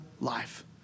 life